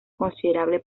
considerable